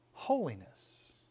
Holiness